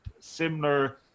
similar